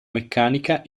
meccanica